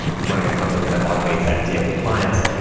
who's running a company that automates fda compliance.